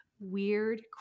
weird